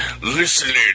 listen